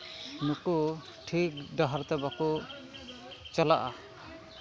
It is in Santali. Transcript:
ᱱᱩᱠᱩ ᱴᱷᱤᱠ ᱰᱟᱦᱟᱨᱛᱮ ᱵᱟᱠᱚ ᱪᱟᱞᱟᱜᱼᱟ